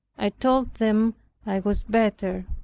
i told them i was better.